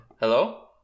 Hello